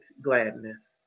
gladness